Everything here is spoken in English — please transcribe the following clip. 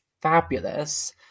fabulous